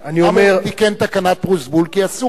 אני אומר, למה הוא תיקן תקנת פרוזבול?